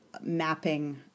mapping